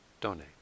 donate